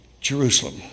Jerusalem